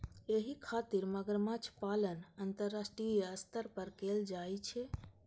एहि खातिर मगरमच्छ पालन अंतरराष्ट्रीय स्तर पर कैल जाइ छै